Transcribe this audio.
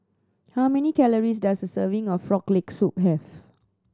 how many calories does a serving of Frog Leg Soup have